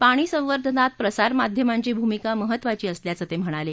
पाणी संवर्धनात प्रसार माध्यमांची भूमिका महत्त्वाची असल्याचं ते म्हणाले